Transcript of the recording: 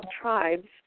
tribes